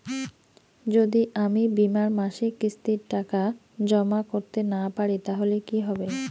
যদি আমি বীমার মাসিক কিস্তির টাকা জমা করতে না পারি তাহলে কি হবে?